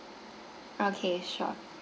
okay sure